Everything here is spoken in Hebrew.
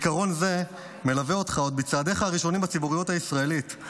עיקרון זה מלווה אותך עוד בצעדיך הראשונים בציבוריות הישראלית.